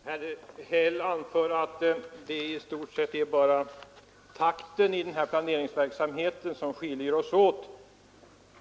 Fru talman! Herr Häll anför att det i stort sett bara är uppfattningen om takten i planeringsverksamheten som skiljer oss åt